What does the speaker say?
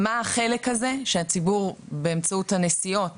מה החלק הזה, שהציבור באמצעות הנסיעות